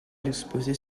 l’exposé